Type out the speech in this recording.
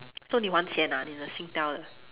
so 你还钱 ah 你的 Singtel 的